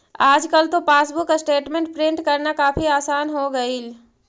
आजकल तो passbook statement print करना काफी आसान हो गईल